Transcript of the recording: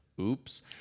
oops